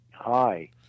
hi